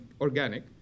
organic